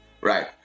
right